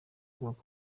kubaka